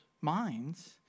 minds